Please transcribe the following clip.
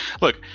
Look